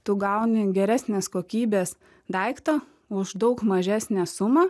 tu gauni geresnės kokybės daiktą už daug mažesnę sumą